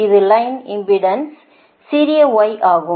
அது line impedance சிறிய y ஆகும்